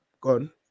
gone